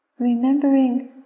Remembering